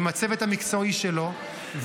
עם הצוות המקצועי שלו,